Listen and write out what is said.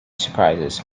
surprises